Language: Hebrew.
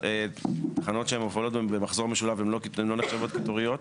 תחנות שמופעלות במחזור משולב לא נחשבות קיטוריות?